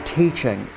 teaching